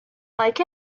like